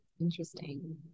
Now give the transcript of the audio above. Interesting